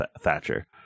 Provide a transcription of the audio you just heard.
Thatcher